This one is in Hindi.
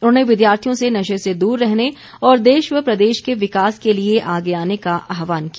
उन्होंने विद्यार्थियों से नर्श से दूर रहने और देश व प्रदेश के विकास के लिए आगे आने का आहवान किया